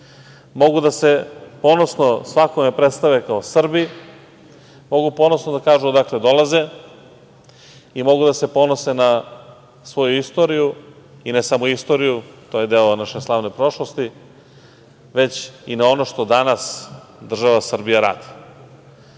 mogu da se ponosno svakome predstave kao Srbi, mogu ponosno da kažu odakle dolaze i mogu da se ponose na svoju istoriju, i ne samo istoriju, to je deo naše slavne prošlosti, već i na ono što danas država Srbija radi. Jedan